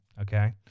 Okay